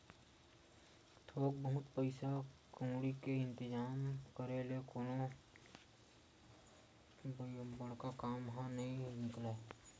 थोक बहुत पइसा कउड़ी के इंतिजाम करे ले तो कोनो बड़का काम ह नइ निकलय